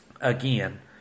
again